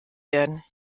werden